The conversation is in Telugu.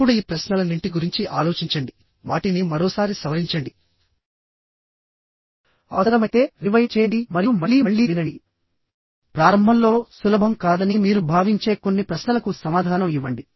ఇప్పుడు ఈ ప్రశ్నలన్నింటి గురించి ఆలోచించండి వాటిని మరోసారి సవరించండిఅవసరమైతే రివైండ్ చేయండి మరియు మళ్లీ మళ్లీ వినండిప్రారంభంలో సులభం కాదని మీరు భావించే కొన్ని ప్రశ్నలకు సమాధానం ఇవ్వండి